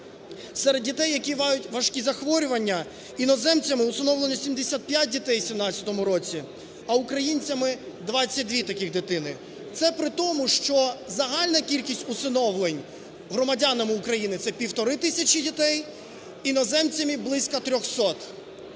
серед дітей, які мають важкі захворювання, іноземцями усиновлено 75 дітей у 2017 році, а українцями 2- 2 таких дитини. Це при тому, що загальна кількість усиновлень громадянами України - це 1,5 тисячі дітей, іноземцями - близько 300.